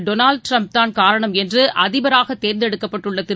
Donald Trump தான் காரணம் என்று அதிபராக தேர்ந்தெடுக்கப்பட்டுள்ள திரு